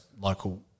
local